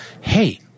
hey